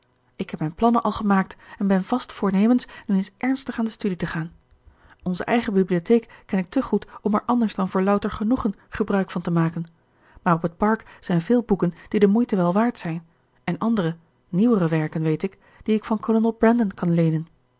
ik heb mijn plannen al gemaakt en ben vast voornemens nu eens ernstig aan de studie te gaan onze eigen bibliotheek ken ik te goed om er anders dan voor louter genoegen gebruik van te maken maar op het park zijn veel boeken die de moeite wel waard zijn en andere nieuwere werken weet ik die ik van kolonel brandon kan leenen